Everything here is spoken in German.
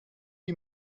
die